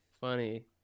funny